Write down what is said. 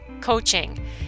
coaching